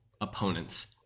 opponents